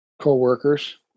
co-workers